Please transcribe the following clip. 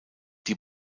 die